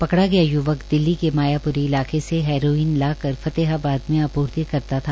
पकड़ा गया य्वक दिल्ली के मायाप्री इलाके से हैरोईन लाकर फतेहाबाद में आपूर्ति करता था